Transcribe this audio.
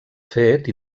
fet